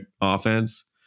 offense